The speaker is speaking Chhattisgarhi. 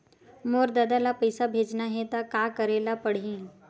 मोर ददा ल पईसा भेजना हे त का करे ल पड़हि?